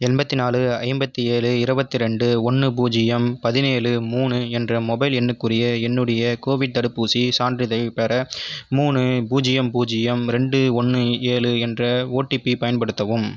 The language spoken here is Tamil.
எண்பத்தி நாலு ஐம்பத்தி ஏழு இருபத்து ரெண்டு ஒன்று பூஜ்ஜியம் பதினேழு மூணு என்ற மொபைல் எண்ணுக்குரிய என்னுடைய கோவிட் தடுப்பூசிச் சான்றிதழைப் பெற மூணு பூஜ்ஜியம் பூஜ்ஜியம் ரெண்டு ஒன்று ஏழு என்ற ஒடிபி பயன்படுத்தவும்